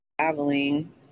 Traveling